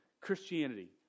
Christianity